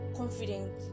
confident